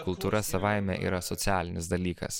kultūra savaime yra socialinis dalykas